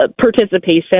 participation